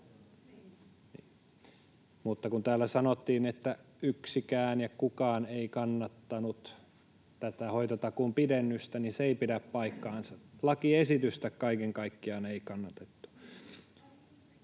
Mutta kun täällä sanottiin, että yksikään ja kukaan ei kannattanut tätä hoitotakuun pidennystä, niin se ei pidä paikkaansa. Lakiesitystä kaiken kaikkiaan ei kannatettu.